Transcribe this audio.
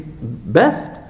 best